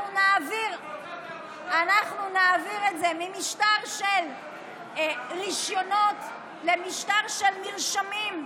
אנחנו נעביר את זה ממשטר של רישיונות למשטר של מרשמים,